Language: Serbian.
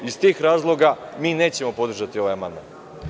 Iz tih razloga mi nećemo podržati ovaj amandman.